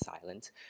silent